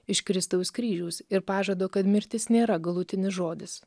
iš kristaus kryžiaus ir pažado kad mirtis nėra galutinis žodis